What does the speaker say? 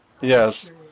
yes